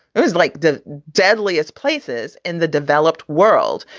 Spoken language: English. it was like the deadliest places in the developed world.